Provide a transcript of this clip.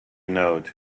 node